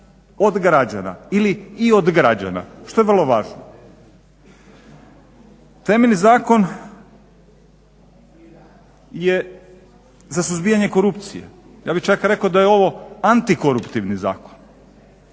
Od građana, ili i od građana što je vrlo važno. Temeljni zakon je za suzbijanje korupcije. Ja bih čak rekao da je ovo antikoruptivni zakon